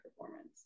performance